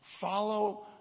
follow